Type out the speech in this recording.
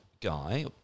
guy